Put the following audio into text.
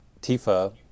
Tifa